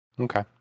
Okay